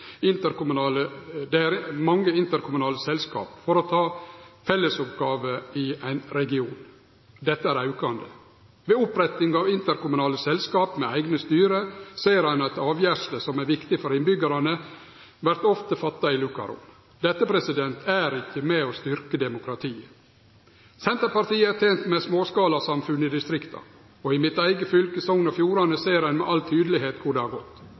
interkommunale selskap for å ta seg av fellesoppgåver i ein region, og dette er aukande. Ved oppretting av interkommunale selskap med eigne styre ser ein at avgjersler som er viktige for innbyggjarane, ofte vert fatta i lukka rom. Dette er ikkje med på å styrkje demokratiet. Senterpartiet er tent med småskalasamfunnet i distrikta. I mitt eige fylke, Sogn og Fjordane, ser ein tydeleg korleis det har gått. Folketalsutviklinga i Sogn og Fjordane har stagnert. Vi har nesten det